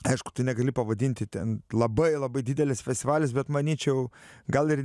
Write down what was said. aišku tu negali pavadinti ten labai labai didelis festivalis bet manyčiau gal ir